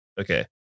okay